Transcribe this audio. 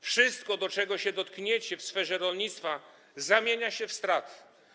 Wszystko, czego się dotkniecie w sferze rolnictwa, zamienia się w straty.